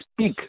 speak